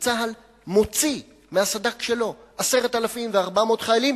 וצה"ל מוציא מהסד"כ שלו 10,400 חיילים,